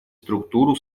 структуру